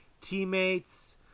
teammates